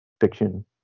fiction